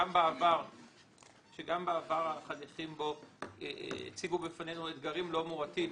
גם בעבר החניכים בו הציגו בפנינו אתגרים לא מועטים.